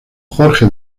jorge